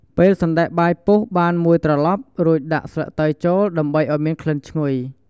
ពេលសណ្ដែកបាយពុះបានមួយត្រឡប់ ត្រូវដាក់ស្លឹកតើយចូល ដើម្បីឱ្យមានក្លិនឈ្ងុយ។